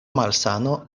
malsano